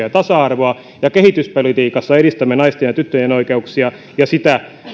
ja tasa arvoa ja kehityspolitiikassa edistämme naisten ja tyttöjen oikeuksia ja sitä